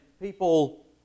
people